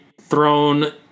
thrown